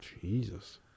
Jesus